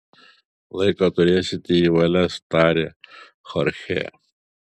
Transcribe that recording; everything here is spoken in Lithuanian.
laiko turėsite į valias tarė chorchė